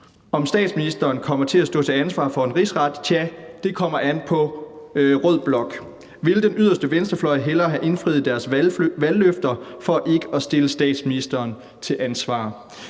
Om statsministeren kommer til at stå til ansvar for en rigsret, tja, det kommer an på rød blok. Vil den yderste venstrefløj hellere have indfriet deres valgløfter for ikke at stille statsministeren til ansvar?